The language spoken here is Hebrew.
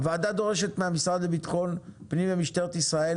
הוועדה דורשת מהמשרד לביטחון פנים ומשטרת ישראל